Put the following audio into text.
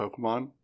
Pokemon